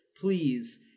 please